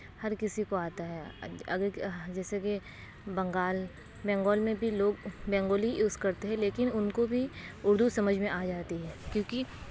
ہر کسی کو آتا ہے اگر جیسے کہ بنگال بنگال میں بھی لوگ بنگالی یوز کرتے ہیں لیکن اُن کو بھی اُردو سمجھ میں آ جاتی ہے کیونکہ